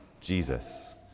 Jesus